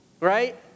Right